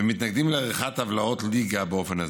ומתנגד לעריכת טבלאות ליגה באופן הזה.